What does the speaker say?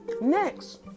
Next